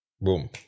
Boom